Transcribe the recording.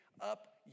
up